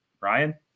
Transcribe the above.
Ryan